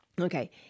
Okay